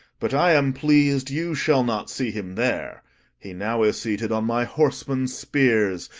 but i am pleas'd you shall not see him there he now is seated on my horsemen's spears,